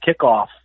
kickoff